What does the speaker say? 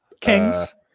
Kings